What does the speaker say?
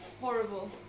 Horrible